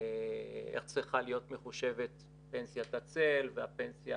איך צריכה להיות מחושבת פנסיית הצל והפנסיה